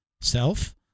self